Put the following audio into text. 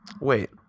Wait